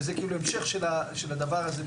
זה המשך של הדבר הזה,